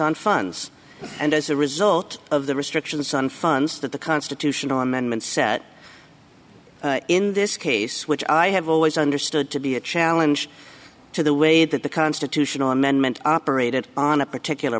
on funds and as a result of the restrictions on funds that the constitutional amendment set in this case which i have always understood to be a challenge to the way that the constitutional amendment operated on a particular